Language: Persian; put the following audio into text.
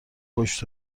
پشت